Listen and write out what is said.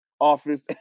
office